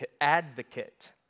advocate